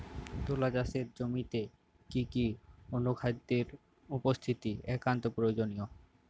তুলা চাষের জমিতে কি কি অনুখাদ্যের উপস্থিতি একান্ত প্রয়োজনীয়?